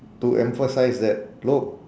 to emphasise that look